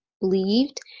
believed